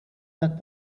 tak